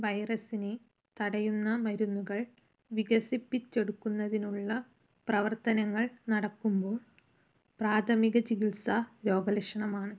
വൈറസിനെ തടയുന്ന മരുന്നുകൾ വികസിപ്പിച്ചെടുക്കുന്നതിനുള്ള പ്രവർത്തനങ്ങൾ നടക്കുമ്പോൾ പ്രാഥമിക ചികിത്സ രോഗലക്ഷണമാണ്